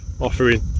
offering